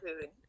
food